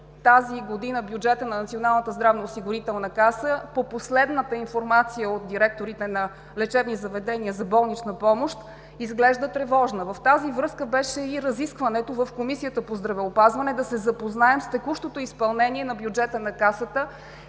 тази година по последната информация от директорите на лечебните заведения за болнична помощ изглежда тревожно. В тази връзка беше разискването в Комисията по здравеопазване, за да се запознаем с текущото изпълнение на бюджета на Касата